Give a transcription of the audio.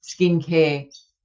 skincare